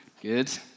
Good